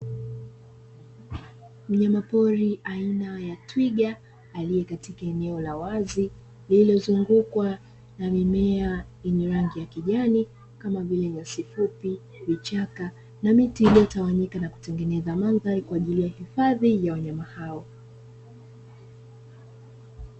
Mnyamapori aina ya twiga aliye katika eneo la wazi lililozungukwa na mimea yenye rangi ya kijani kama vile: nyasi fupi, vichaka, na miti iliyotawanyika na kutengeneza mandhari kwaajili ya hifadhi ya wanyama hao.